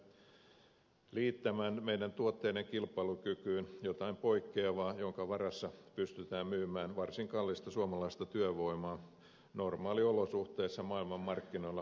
olemme onnistuneet liittämään tuotteidemme kilpailukykyyn jotain poikkeavaa jonka varassa pystytään myymään varsin kallista suomalaista työvoimaa normaaliolosuhteissa maailmanmarkkinoilla varsin hyvin